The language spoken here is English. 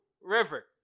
River